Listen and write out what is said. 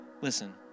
Listen